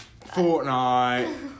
Fortnite